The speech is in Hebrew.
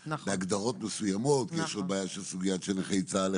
בהגדרות מסוימות יש עוד בעיה של סוגיה של נכי צה"ל,